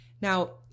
Now